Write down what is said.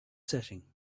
setting